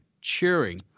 cheering